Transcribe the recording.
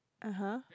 (uh huh)